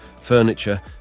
furniture